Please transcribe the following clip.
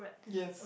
yes